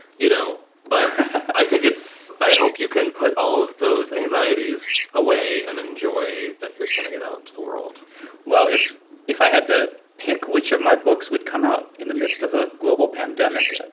you know, but i think it's i hope you can put all of those anxieties away and enjoy that you're sending it out to the world well, if if i had to pick which of my books would come out in the midst of a global pandemic,